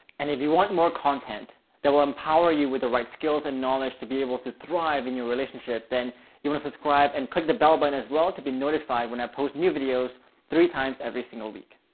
and if you want more content that will empower you with the right skills and knowledge to be able to thrive in your relationship, then you want to subscribe and click the bell button as well to be notified. when i post new videos three times every single week.